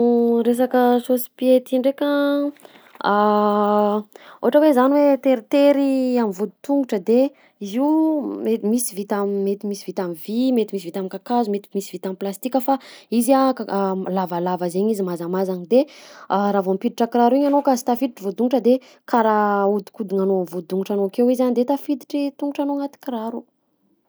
Rasaka chausse-pied ty ndraika: ohatra hoe zany hoe teritery am'voditongotra de izy io met- misy vita am- mety misy vita am'vy, mety misy vita am'kakazo, mety misy vita am'plastika fa izy a kak- lavalava zaigny izy mazamazana, de raha vao ampiditra kiraro igny anao ka sy tafiditra voditongotra de karaha ahodinkodignanao am'voditongotranao akeo izy a de tafiditr'i tongotranao agnaty kiraro.